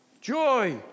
Joy